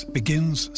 begins